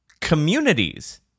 communities